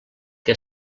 que